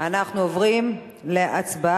אנחנו עוברים להצבעה.